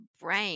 brain